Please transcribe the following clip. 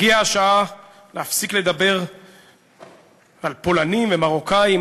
הגיעה השעה להפסיק לדבר על פולנים ומרוקאים,